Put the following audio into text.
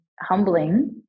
humbling